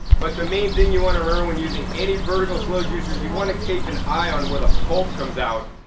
but the main thing you want to remember when using any vertical slow juicer's you want to keep an eye on where the pulp comes out.